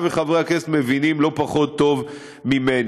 וחברי הכנסת מבינים לא-פחות טוב ממני.